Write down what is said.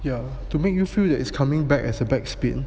ya to make you feel that is coming back as a back spin